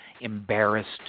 embarrassed